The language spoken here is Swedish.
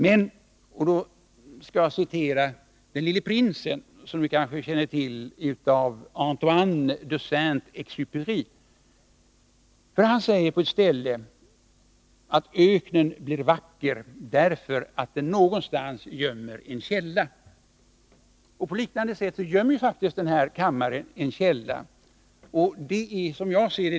Låt mig citera ur Den lille prinsen av Antoine de Saint-Exupéry. Han säger på ett ställe: ”Öknen blir vacker, därför att den någonstans gömmer en källa.” På liknande sätt gömmer denna kammare faktiskt en källa.